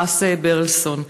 פרס ברלסון,